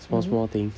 small small things